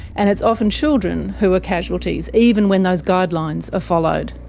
and it's often children who are casualties, even when those guidelines are followed.